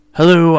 Hello